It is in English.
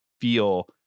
feel